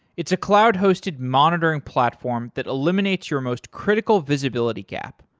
it's a cloud-hosted monitoring platform that eliminates your most critical visibility gap,